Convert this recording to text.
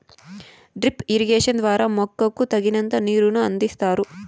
drip irrigation ద్వారా మొక్కకు తగినంత నీరును అందిస్తారు